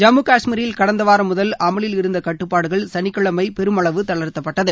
ஜம்மு கஷ்மீரில் கடந்த வாரம் முதல் அமலில் இருந்த கட்டுப்பாடுகள் சனிக்கிழமை பெருமளவு தளர்த்தப்பட்டது